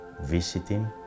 visiting